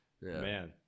Man